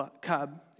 cub